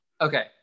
okay